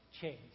change